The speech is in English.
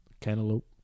Cantaloupe